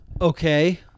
Okay